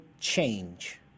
change